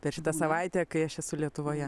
per šitą savaitę kai aš esu lietuvoje